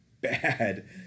bad